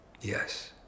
Yes